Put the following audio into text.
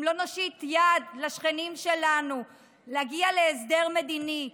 אם לא נושיט יד לשכנים שלנו להגיע להסדר מדיני,